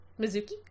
Mizuki